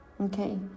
Okay